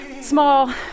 small